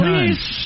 Please